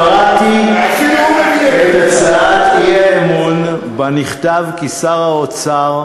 קראתי את הצעת האי-אמון, שבה נכתב כי שר האוצר,